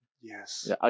Yes